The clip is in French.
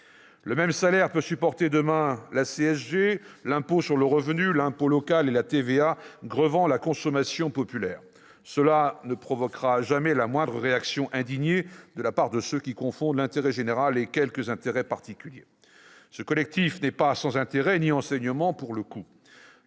Le même salaire peut supporter demain la CSG, l'impôt sur le revenu, l'impôt local et la TVA grevant la consommation populaire ; cela ne provoquera jamais la moindre réaction indignée de la part de ceux qui confondent l'intérêt général et quelques intérêts particuliers. Ce collectif n'est pas sans intérêt ni enseignements, pour le coup.